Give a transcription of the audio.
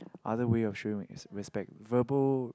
other way of showing respect verbal